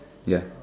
ya